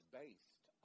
based